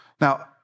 Now